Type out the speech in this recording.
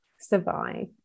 survive